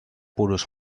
duros